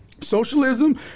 socialism